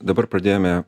dabar pradėjome